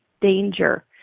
danger